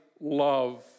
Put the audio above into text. love